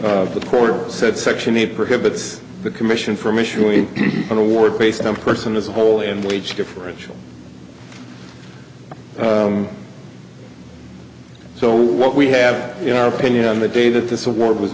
court said section eight prohibits the commission from issuing an award based on person as a whole in wage differential so what we have our opinion on the day that this award was